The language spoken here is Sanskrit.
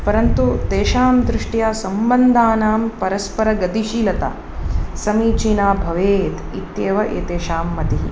परन्तु तेषां दृष्ट्या सम्बन्धानां परस्परगतिशीलता समीचीना भवेत् इत्येव एतेषां मतिः